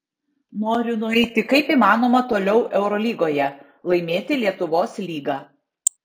noriu nueiti kaip įmanoma toliau eurolygoje laimėti lietuvos lygą